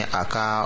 aka